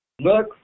look